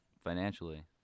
financially